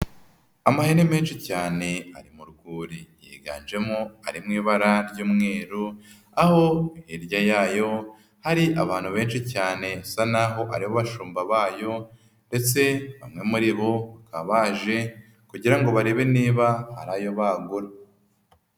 Amahene menshi cyane ari mu rwuri yiganjemo ari mu ibara ry'umweru aho hirya yayo hari abantu benshi cyane bisa n'aho ari abashumba bayo ndetse bamwe muri bo bakaba baje kugira ngo barebe niba hari ayo bagura.